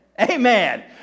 Amen